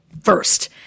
first